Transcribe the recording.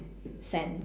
sense